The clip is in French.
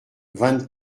vingt